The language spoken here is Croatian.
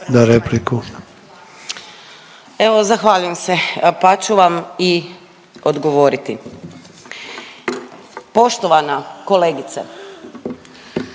(Možemo!)** Evo zahvaljujem se, pa ću vam i odgovoriti. Poštovana kolegice,